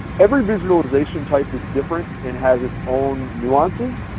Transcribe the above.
every visualization type is different and has its own nuances.